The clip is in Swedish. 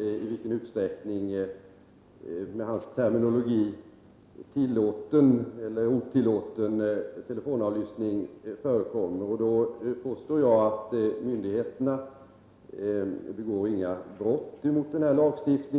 i vilken utsträckning — med hans terminologi — tillåten eller otillåten telefonavlyssning förekommer. Då påstår jag att myndigheterna inte begår några brott mot denna lagstiftning.